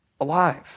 alive